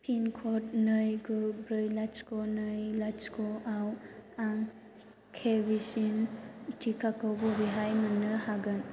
pin code नै गु ब्रै लाथिख' नै लाथिख'आव आं कभेक्सिन थिखाखौ बबेहाय मोननो हागोन